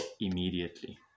immediately